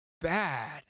bad